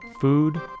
food